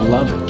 Love